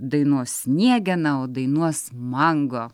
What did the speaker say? dainos sniegena o dainuos mango